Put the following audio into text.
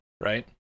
right